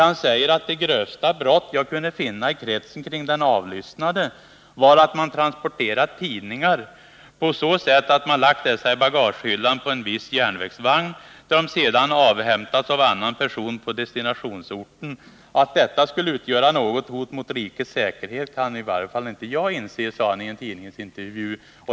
Han säger: Det grövsta brott jag kunde finna i kretsen kring den avlyssnade var att man transporterat tidningar på så sätt att man lagt dessa i bagagehyllan på en viss järnvägsvagn, tidningar som sedan avhämtades av annan person på destinationsorten. Att det skulle utgöra något hot mot rikets säkerhet kan i varje fall inte jag inse, sade han i en tidningsintervju.